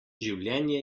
življenje